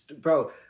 bro